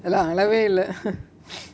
எல்லா அளவே இல்ல:ella alave illa